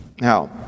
Now